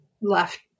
left